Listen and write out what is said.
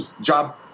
job